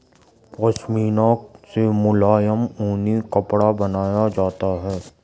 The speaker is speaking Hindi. पशमीना से मुलायम ऊनी कपड़ा बनाया जाता है